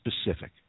specific